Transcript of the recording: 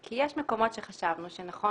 כי יש מקומות שחשבנו שנכון.